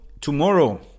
tomorrow